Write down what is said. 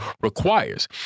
requires